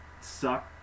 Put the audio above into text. suck